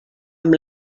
amb